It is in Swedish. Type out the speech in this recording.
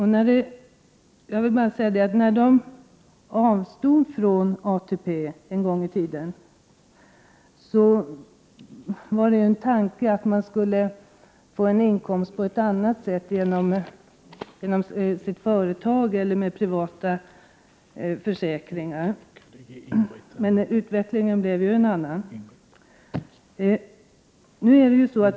När dessa människor en gång i tiden avstod från ATP var tanken att de skulle få andra inkomster — genom det egna företaget eller genom privata försäkringar. Men utvecklingen blev en annan.